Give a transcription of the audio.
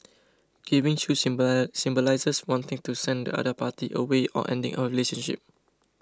giving shoes symbolises wanting to send the other party away or ending a relationship